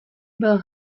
byl